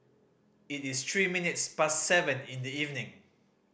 it is three minutes past seven in the evening